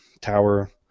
Tower